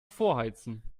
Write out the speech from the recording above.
vorheizen